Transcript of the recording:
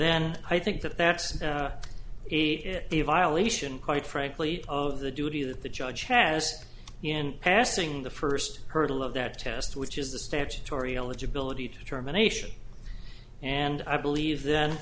then i think that that's a violation quite frankly of the duty that the judge has in passing the first hurdle of that test which is the statutory only ability to determination and i believe then